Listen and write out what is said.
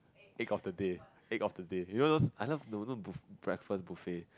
egg of the day egg of the day you know those I love no not buf~ breakfast buffet